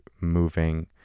moving